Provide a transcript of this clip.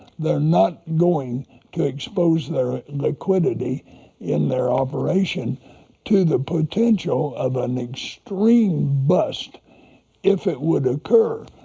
they're not going to expose their liquidity in their operation to the potential of an extreme bust if it would occur.